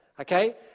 okay